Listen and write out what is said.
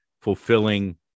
fulfilling